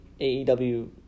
AEW